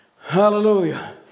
Hallelujah